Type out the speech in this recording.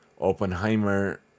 Oppenheimer